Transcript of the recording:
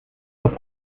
aus